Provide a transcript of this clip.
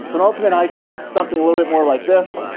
an ultimate hiker looks something a little bit more like this.